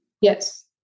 Yes